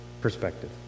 perspective